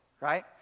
Right